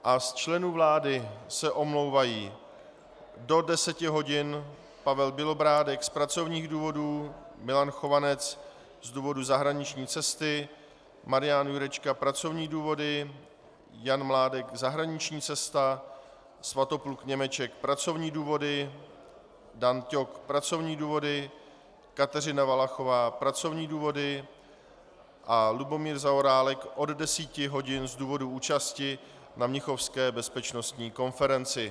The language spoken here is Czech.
Z členů vlády se omlouvají: do 10 hodin Pavel Bělobrádek z pracovních důvodů, Milan Chovanec z důvodu zahraniční cesty, Marian Jurečka pracovní důvody, Jan Mládek zahraniční cesta, Svatopluk Němeček pracovní důvody, Dan Ťok pracovní důvody, Kateřina Valachová pracovní důvody a Lubomír Zaorálek od 10 hodin z důvodu účasti na Mnichovské bezpečnostní konferenci.